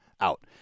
out